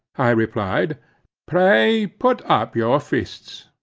i replied pray, put up your fists.